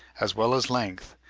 as well as length,